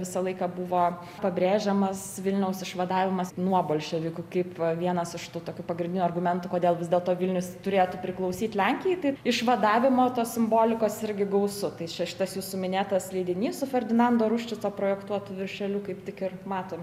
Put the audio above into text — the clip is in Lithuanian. visą laiką buvo pabrėžiamas vilniaus išvadavimas nuo bolševikų kaip vienas iš tų tokių pagrindinių argumentų kodėl vis dėlto vilnius turėtų priklausyt lenkijai tai išvadavimo tos simbolikos irgi gausu tai čia šitas jūsų minėtas leidinys su ferdinando ruščico projektuotu viršeliu kaip tik ir matom